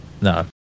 No